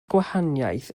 gwahaniaeth